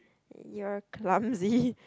you are clumsy